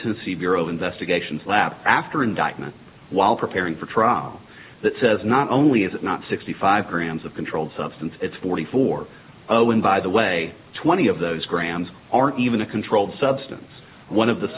tennessee bureau of investigations lab after indictment while preparing for trial that says not only is it not sixty five grams of control substance it's forty four oh and by the way twenty of those grams aren't even a controlled substance one of the